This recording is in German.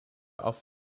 auf